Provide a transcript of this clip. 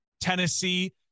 Tennessee